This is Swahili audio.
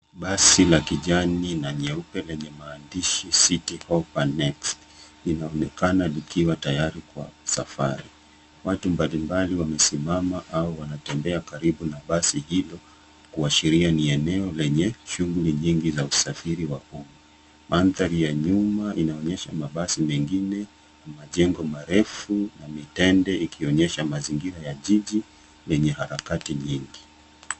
Basi la kijani na nyeupe lenye maandishi Citihoppa Next linaonekana likiwa tayari kwa safari. Watu mbalimbali wamesimama aua wanatembea karibu na basi hilo kuashiria ni eneo lenye shughuli nyingi za usafiri wa umma. Mandhari ya nyuma inaonyesha mabasi mengine na majengo marefu na mitende ikionyesha mazingira ya jiji lenye harakati nyingi.